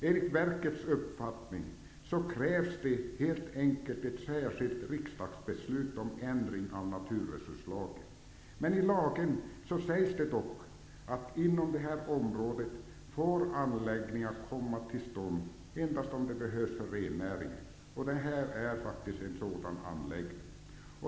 Enligt verkets uppfattning krävs det helt enkelt ett särskilt riksdagsbeslut om ändring av naturresurslagen. Men i lagen sägs det dock att anläggningar inom detta område får komma till stånd endast om de behövs för rennäringen. Och detta är faktiskt en sådan anläggning.